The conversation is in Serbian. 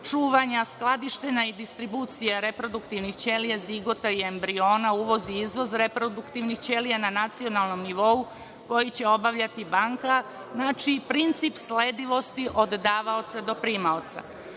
čuvanja, skladištenja i distribucije reproduktivnih ćelija, zigota i embriona, uvoz i izvoz reproduktivnih ćelija na nacionalnom nivou, koji će obavljati banka. Znači, princip sledivosti od davaoca do primaoca. Novina